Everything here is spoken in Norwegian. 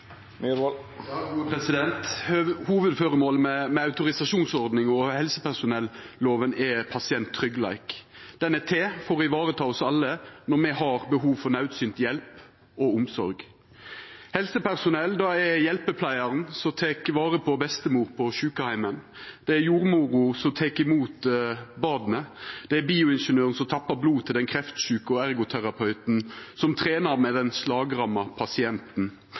Hovudføremålet med autorisasjonsordninga og helsepersonelloven er pasienttryggleik. Det er til for å vareta oss alle når me har behov for naudsynt hjelp og omsorg. Helsepersonell, det er hjelpepleiaren som tek vare på bestemor på sjukeheimen. Det er jordmora som tek imot barnet, det er bioingeniøren som tappar blod til den kreftsjuke, og det er ergoterapeuten som trenar med den slagramma pasienten.